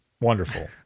wonderful